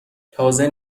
تازه